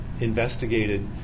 investigated